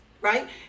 right